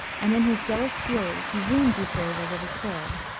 and in his jealous fury he wounds euphrasia with his sword.